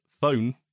phone